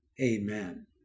Amen